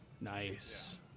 Nice